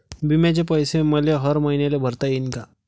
बिम्याचे पैसे मले हर मईन्याले भरता येईन का?